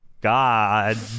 God